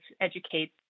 educate